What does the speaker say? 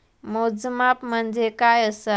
मोजमाप म्हणजे काय असा?